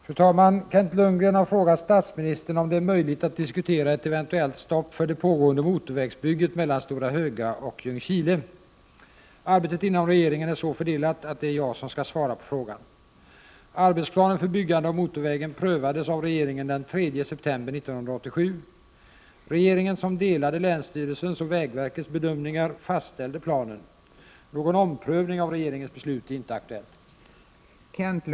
Fru talman! Kent Lundgren har frågat statsministern om det är möjligt att diskutera ett eventuellt stopp för det pågående motorvägsbygget mellan Stora Höga och Ljungskile. Arbetet inom regeringen är så fördelat att det är jag som skall svara på frågan. Arbetsplanen för byggande av motorvägen prövades av regeringen den 3 september 1987. Regeringen, som delade länsstyrelsens och vägverkets bedömningar, fastställde planen. Någon omprövning av regeringens beslut är inte aktuell.